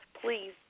please